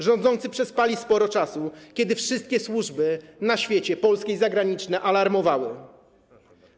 Rządzący przespali sporo czasu, kiedy wszystkie służby na świecie, polskie i zagraniczne, alarmowały.